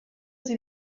sie